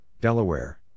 Delaware